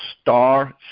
star